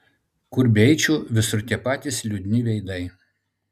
kur beeičiau visur tie patys liūdni veidai